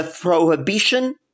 prohibition